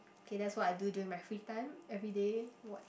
okay that's what I do during my free time everyday watch